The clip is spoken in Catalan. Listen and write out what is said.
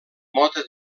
mode